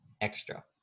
extra